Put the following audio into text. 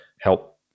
help